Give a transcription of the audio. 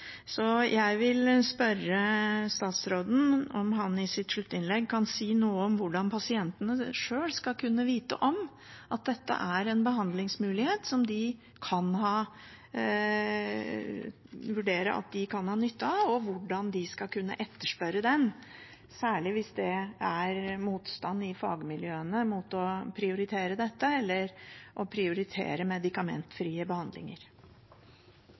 så jeg vil spørre statsråden: Kan han i sitt sluttinnlegg si noe om hvordan pasientene sjøl skal kunne vite om at dette er en behandlingsmulighet som de kan vurdere at de kan ha nytte av, og hvordan de skal kunne etterspørre den – særlig hvis det er motstand i fagmiljøene mot å prioritere dette eller å prioritere medikamentfrie behandlinger?